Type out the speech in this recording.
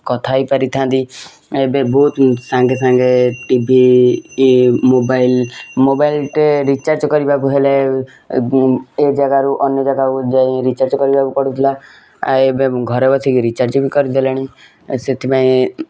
କଥା ହେଇ ପାରିଥାନ୍ତି ଏବେ ବହୁତ ସାଙ୍ଗେ ସାଙ୍ଗେ ଟି ଭି ମୋବାଇଲ ମୋବାଇଲରେ ରିଚାର୍ଜ କରିବାକୁ ହେଲେ ଏ ଜାଗାରୁ ଅନ୍ୟ ଜାଗାକୁ ଯାଇ ରିଚାର୍ଜ କରିବାକୁ ପଡ଼ୁଥିଲା ଆ ଏବେ ଘରେ ବସିକି ରିଚାର୍ଜ ବି କରି ଦେଲେଣି ସେଥିପାଇଁ